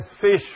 fish